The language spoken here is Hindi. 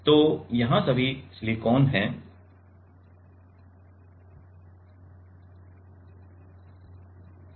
तो यहां सभी सिलिकॉन हैं सभी सिलिकॉन हैं